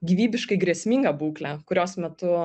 gyvybiškai grėsminga būklė kurios metu